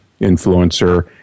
influencer